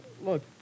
Look